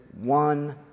one